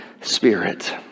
spirit